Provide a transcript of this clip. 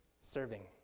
serving